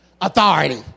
authority